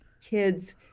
kids